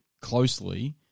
closely